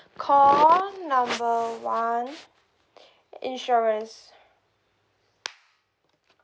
call number one insurance